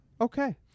Okay